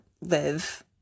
live